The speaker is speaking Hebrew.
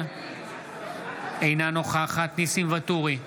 אינה נוכחת ניסים ואטורי,